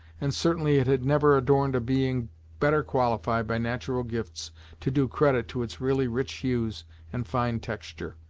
and certainly it had never adorned a being better qualified by natural gifts to do credit to its really rich hues and fine texture.